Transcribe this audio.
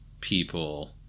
people